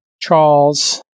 Charles